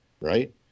right